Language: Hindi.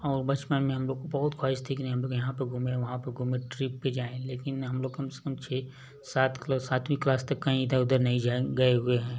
और बचपन में हमलोग को बहुत ख्वाहिश थी की नहीं हम लोग यहाँ पर घूमे वहाँ पर घूमे ट्रिप पर जाएँ लेकिन हम लोग कम से कम छः सात क सातवी क्लास तक कहीं इधर उधर नहीं जाए गए हुए हैं